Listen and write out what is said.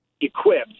equipped